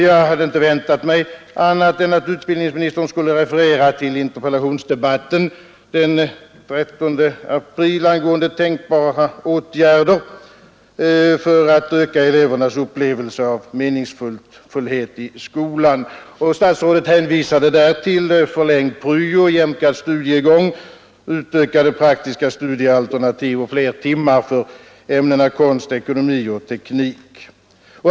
Jag hade inte väntat mig annat än att utbildningsministern skulle referera till interpellationsdebatten den 13 april angående tänkbara åtgärder för att öka elevernas upplevelse av meningsfullhet i skolan. Statsrådet hänvisade där till förlängd pryo, jämkad studiegång, utökade praktiska studiealternativ och fler timmar för ämnena konst, ekonomi och teknik.